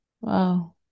wow